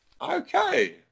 Okay